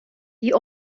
die